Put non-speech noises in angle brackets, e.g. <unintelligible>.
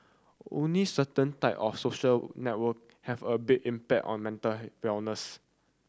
only certain type of social network have a big impact on mental <unintelligible> wellness